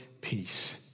peace